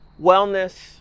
wellness